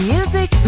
Music